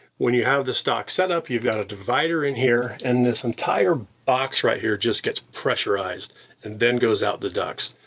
when you have the stock setup, you've got a divider in here, and this entire box right here just gets pressurized and then goes out the ducts.